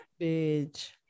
Bitch